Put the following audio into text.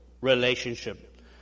relationship